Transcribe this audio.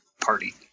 party